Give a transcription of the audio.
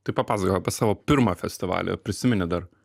tai papasakok apie savo pirmą festivalį ar prisimeni dar